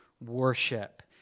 worship